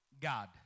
God